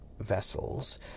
vessels